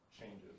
changes